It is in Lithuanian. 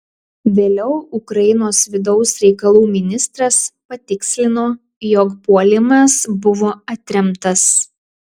vėliau ukrainos vidaus reikalų ministras patikslino jog puolimas buvo atremtas